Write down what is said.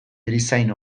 erizain